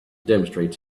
demonstrate